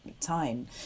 time